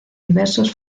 diversos